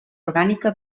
orgànica